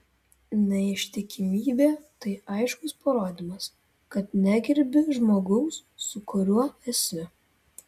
neištikimybė tai aiškus parodymas kad negerbi žmogaus su kuriuo esi